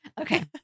Okay